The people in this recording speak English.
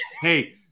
Hey